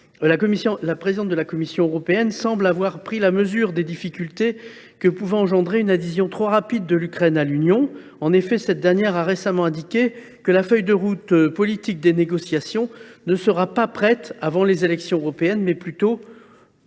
la présidente de la Commission européenne semble avoir pris la mesure des difficultés que pouvait engendrer une adhésion trop rapide de l’Ukraine à l’Union. En effet, elle a récemment indiqué que la feuille de route politique des négociations serait prête non pas avant les élections européennes, mais plutôt